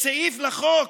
בסעיף לחוק,